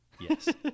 Yes